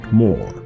more